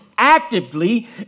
actively